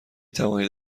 توانید